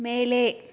மேலே